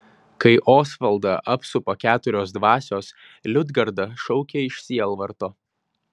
kai osvaldą apsupa keturios dvasios liudgarda šaukia iš sielvarto